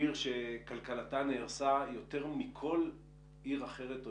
עיר שכלכלתה נהרסה יותר מכל עיר אחרת או